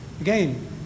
Again